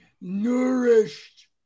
nourished